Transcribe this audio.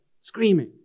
Screaming